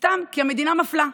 סתם, כי המדינה מפלה,